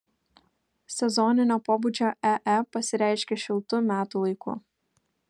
sezoninio pobūdžio ee pasireiškia šiltu metų laiku